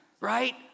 right